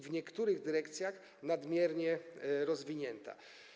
W niektórych dyrekcjach jest nadmiernie rozwinięta.